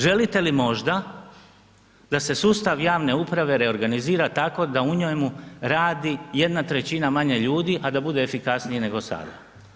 Želite li možda da se sustav javne uprave reorganizira tako da u njemu radi 1/3 manje ljudi, a da bude efikasnije nego sada.